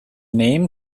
name